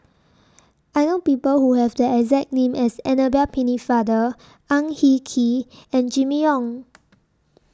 I know People Who Have The exact name as Annabel Pennefather Ang Hin Kee and Jimmy Ong